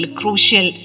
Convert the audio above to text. crucial